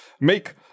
make